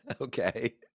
Okay